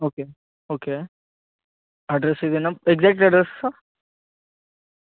okay okay address ఇదేనా exact address